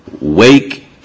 wake